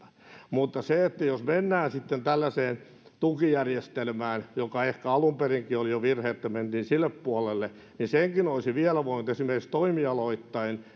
jos mennään tällaiseen tukijärjestelmään mikä ehkä alun perinkin oli jo virhe että mentiin sille puolelle niin senkin olisi vielä voinut esimerkiksi toimialoittain